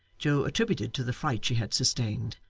joe attributed to the fright she had sustained,